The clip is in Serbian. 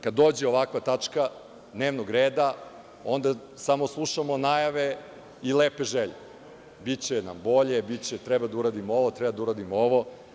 Kad dođe ovakva tačka dnevnog reda, onda samo slušamo najave i lepe želje – biće nam bolje, treba da uradimo ovo, treba da uradimo ovo.